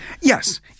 Yes